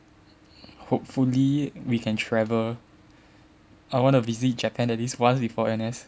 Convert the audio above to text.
hopefully we can travel I want to visit Japan at least once before N_S